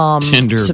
Tinder